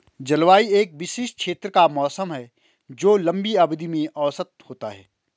जलवायु एक विशिष्ट क्षेत्र का मौसम है जो लंबी अवधि में औसत होता है